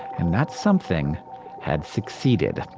and that something had succeeded.